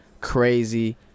crazy